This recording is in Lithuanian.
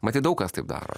matyt daug kas taip daro